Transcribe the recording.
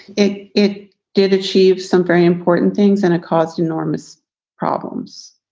it it did achieve some very important things and it caused enormous problems.